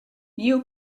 you